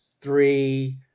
three